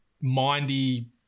mindy